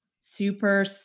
super